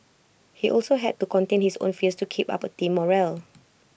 he also had to contain his own fears to keep up team morale